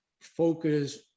focus